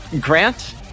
Grant